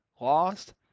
lost